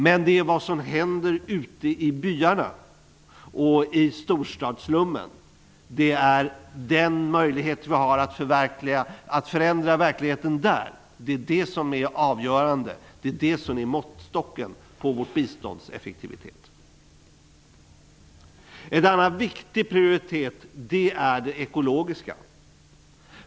Men det är vad som händer ute i byarna och i storstadsslummen och den möjlighet vi har att förändra verkligheten där som är avgörande och måttstocken på vårt bistånds effektivitet. En annan viktig prioritet är det ekologiska.